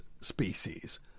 species